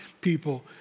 people